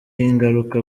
ingaruka